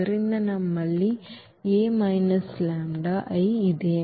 ಆದ್ದರಿಂದ ನಮ್ಮಲ್ಲಿ A λI ಇದೆ